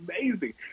amazing